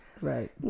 right